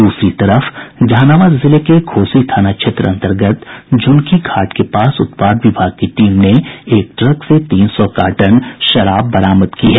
द्रसरी तरफ जहानाबाद जिले घोसी थाना क्षेत्र अंतर्गत झुनकी घाट के पास उत्पाद विभाग की टीम ने एक ट्रक से तीन सौ कार्टन शराब बरामद की है